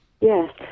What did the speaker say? Yes